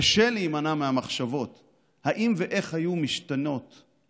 קשה להימנע מהמחשבות אם ואיך היו משתנים